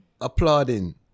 applauding